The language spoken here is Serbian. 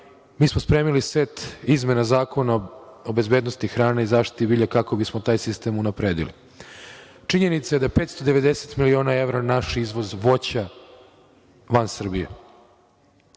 Mi smo spremili set izmena Zakona o bezbednosti hrane i zaštiti bilja, kako bismo taj sistem unapredili. Činjenica je da je 590 miliona evra naš izvoz voća van Srbije.